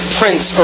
prince